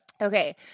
Okay